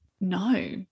no